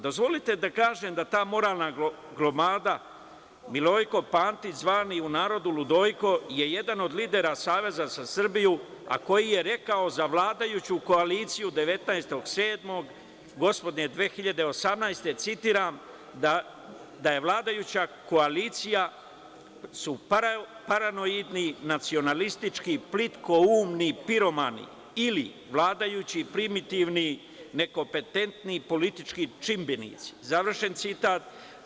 Dozvolite da kažem da ta moralna gromada, Milojko Pantić, zvani u narodu ludojko, je jedan od lidera SZS, a koji je rekao za vladajuću koaliciji 19. juna gospodnje 2018, citiram – da je vladajuća koalicija su paranoidni, nacionalistički, plitkoumni piromani, ili vladajući, primitivni, nekompetentni, politički čimbenici, završen citat.